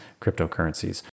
cryptocurrencies